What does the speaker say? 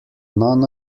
none